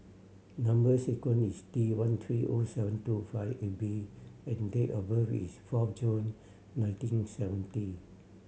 number sequence is T one three O seven two five eight B and date of birth is four June nineteen seventy